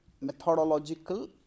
methodological